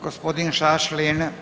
Gospodin Šašlin.